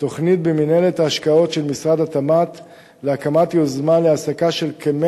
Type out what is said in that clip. תוכנית במינהלת ההשקעות של משרד התמ"ת להקמת יוזמה להעסקה של כ-100